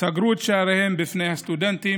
סגרו את שעריהן בפני הסטודנטים,